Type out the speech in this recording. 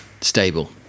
stable